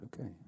okay